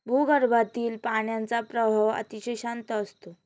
भूगर्भातील पाण्याचा प्रवाह अतिशय शांत असतो